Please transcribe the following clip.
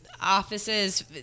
offices